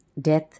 death